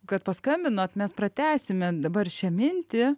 kad paskambinot mes pratęsime dabar šią mintį